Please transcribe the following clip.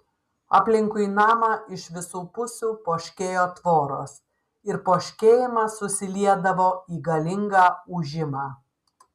aplinkui namą iš visų pusių poškėjo tvoros ir poškėjimas susiliedavo į galingą ūžimą